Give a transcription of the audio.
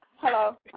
Hello